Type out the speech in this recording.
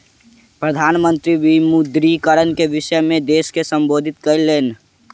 प्रधान मंत्री विमुद्रीकरण के विषय में देश के सम्बोधित कयलैन